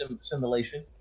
simulation